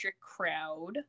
crowd